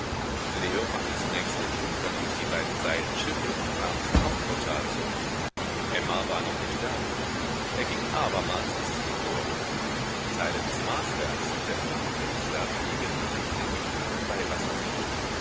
leo machte zunächst einen rundgang durch die beiden seitenschiffe und kam zum hauptportal zurück emma war noch nicht da er ging abermals bis zum chor teile des maßwerks und der bunten fenster spiegelten sich in den gefüllten